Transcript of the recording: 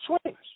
swings